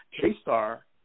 K-Star